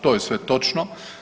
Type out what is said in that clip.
To je sve točno.